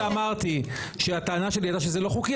שאמרתי שהטענה שלי שהייתה שזה לא חוקי,